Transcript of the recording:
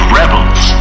rebels